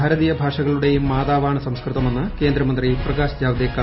പല ഭാഷകളുടെയും മാതാവാണ് സംസ്കൃതമെന്ന് കേന്ദ്രമന്ത്രി പ്രകാശ് ജാവ്ദേക്കർ